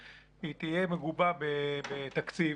היא תהיה מגובה בתקציב,